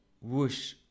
whoosh